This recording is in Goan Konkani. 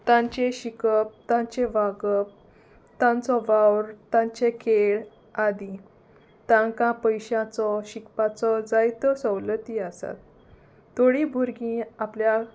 तांचे शिकप तांचें वागप तांचो वावर तांचे खेळ आदी तांकां पयशांचो शिकपाचो जायतो सवलती आसात थोडीं भुरगीं आपल्या